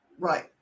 right